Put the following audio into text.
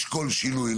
לשקול שינוי,